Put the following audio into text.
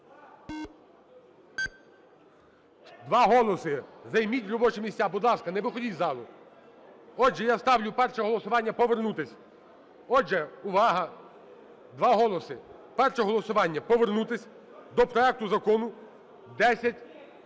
2 голоси. Займіть робочі місця, будь ласка, не виходьте з залу. Отже, я ставлю перше голосування – повернутися. Отже, увага! 2 голоси. Перше голосування – повернутися до проекту закону 10204.